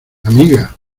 amiga